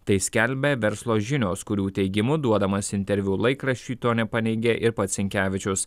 tai skelbia verslo žinios kurių teigimu duodamas interviu laikraščiui to nepaneigė ir pats sinkevičius